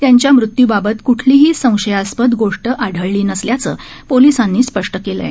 त्यांच्या मृत्यूबाबत कुठलीही संशयास्पद गोष्ट आढळली नसल्याचं पोलिसांनी स्पष्ट केलं आहे